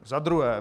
Za druhé.